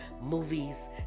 movies